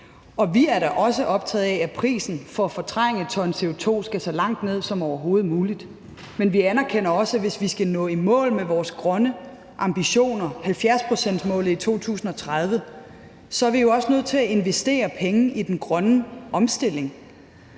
og vi er da også optaget af, at prisen for at fortrænge 1 t CO2 skal så langt ned som overhovedet muligt, men vi anerkender også, at hvis vi skal nå i mål med vores grønne ambitioner, 70-procentsmålet i 2030, er vi også nødt til at investere penge i den grønne omstilling.